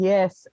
Yes